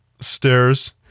stairs